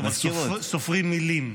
אבל סופרים מילים.